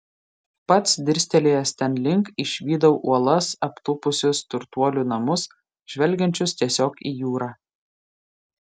pats dirstelėjęs ten link išvydau uolas aptūpusius turtuolių namus žvelgiančius tiesiog į jūrą